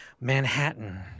Manhattan